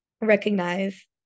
recognize